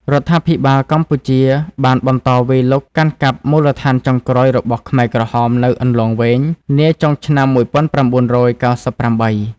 រដ្ឋាភិបាលកម្ពុជាបានបន្តវាយលុកកាន់កាប់មូលដ្ឋានចុងក្រោយរបស់ខ្មែរក្រហមនៅអន្លង់វែងនាចុងឆ្នាំ១៩៩៨។